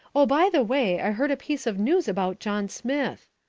oh, by the way, i heard a piece of news about john smith.